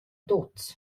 tuots